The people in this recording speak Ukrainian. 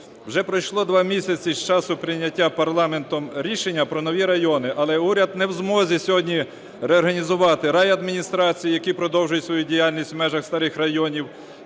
Вже пройшло два місяці з часу прийняття парламентом рішення про нові райони, але уряд не в змозі сьогодні реорганізувати райадміністрації, які продовжують свою діяльність в межах старих районів,